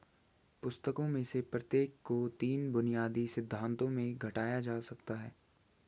पुस्तकों में से प्रत्येक को तीन बुनियादी सिद्धांतों में घटाया जा सकता है